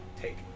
take